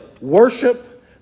worship